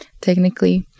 technically